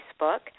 Facebook